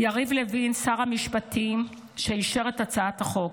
יריב לוין, שר המשפטים, שאישר את הצעת החוק,